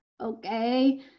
Okay